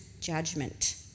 judgment